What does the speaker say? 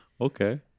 okay